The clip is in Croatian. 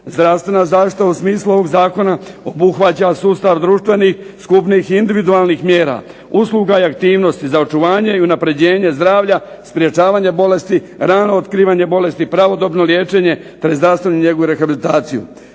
Zdravstvena zaštita u smislu ovog zakona obuhvaća sustav društvenih, skupnih i individualnih mjera, usluga i aktivnosti za očuvanje i unapređenje zdravlja, sprečavanja bolesti, rano otkrivanje bolesti, pravodobno liječenje te zdravstvenu njegu i rehabilitaciju.